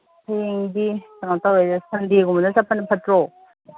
ꯍꯌꯦꯡꯗꯤ ꯀꯩꯅꯣ ꯇꯧꯋꯤꯗ ꯁꯟꯗꯦꯒꯨꯝꯕꯗ ꯆꯠꯄꯅ ꯐꯠꯇ꯭ꯔꯣ